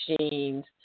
machines